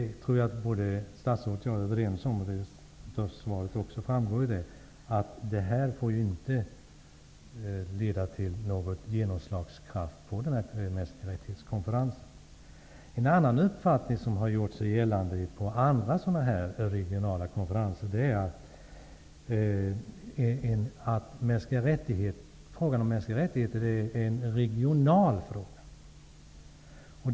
Statsrådet och jag är överens om -- det framgår också av svaret -- att detta inte skall få genomslag på konferensen i Wien om mänskliga rättigheter. En annan uppfattning som har gjort sig gällande på andra regionala konferenser är att frågan om mänskliga rättigheter är en regional fråga.